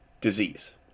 disease